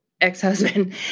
ex-husband